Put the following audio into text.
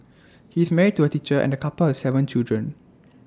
he is married to A teacher and the couple have Seven children